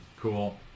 Cool